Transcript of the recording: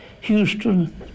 Houston